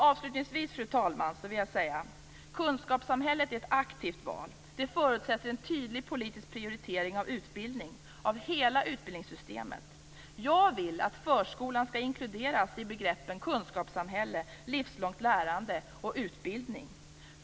Avslutningsvis, fru talman, vill jag säga att kunskapssamhället är ett aktivt val. Det förutsätter en tydlig politisk prioritering av utbildning, av hela utbildningssystemet. Jag vill att förskolan skall inkluderas i begreppen kunskapssamhälle, livslångt lärande och utbildning.